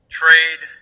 trade